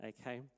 Okay